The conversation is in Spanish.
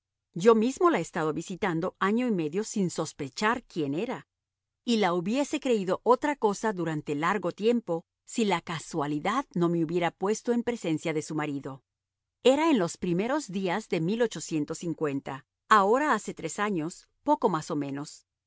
yo mismo la he estado visitando año y medio sin sospechar quién era y la hubiese creído otra cosa durante largo tiempo si la casualidad no me hubiera puesto en presencia de su marido era en los primeros días de ahora hace tres años poco más o menos